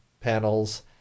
panels